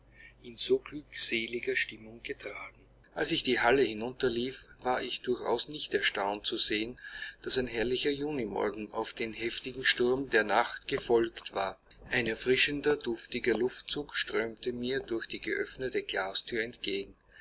in so glückseliger stimmung getragen als ich in die halle hinunterlief war ich durchaus nicht erstaunt zu sehen daß ein herrlicher junimorgen auf den heftigen sturm der nacht gefolgt war ein erfrischender duftiger luftzug strömte mir durch die geöffnete glasthür entgegen